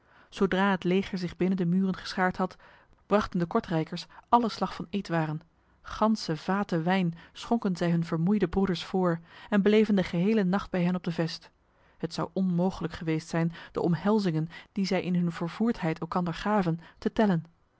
zodra het leger zich binnen de muren geschaard had brachten de kortrijkers alle slag van eetwaren ganse vaten wijn schonken zij hun vermoeide broeders voor en bleven de gehele nacht bij hen op de vest het zou onmogelijk geweest zijn de omhelzingen die zij in hun vervoerdheid elkander gaven te tellen